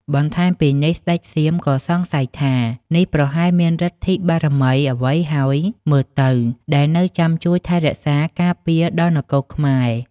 បន្ថែមពីនេះស្ដេចសៀមក៏សង្ស័យថា នេះប្រហែលមានឬទ្ធិបារមីអ្វីហើយមើលទៅ ដែលនៅចាំជួយថែរក្សា ការពារដល់នគរខ្មែរ។